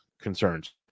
concerns